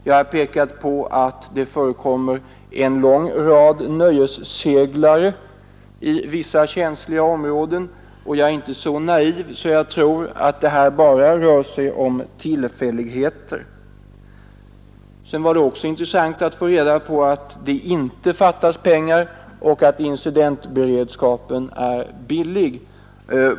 Jag har pekat på att det förekommer vissa nöjesseglare i känsliga områden, och jag är inte så naiv att jag tror att det här bara rör sig om tillfälligheter. Det var också intressant att få reda på att det inte fattas pengar för det ändamål det här gäller och att incidentberedskapen är billig.